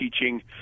teaching